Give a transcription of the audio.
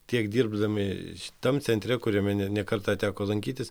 tiek dirbdami tam centre kuriame ne ne kartą teko lankytis